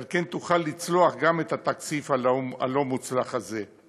ועל כן תוכל לצלוח גם את התקציב הלא-מוצלח הזה.